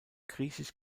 griechisch